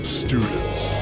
students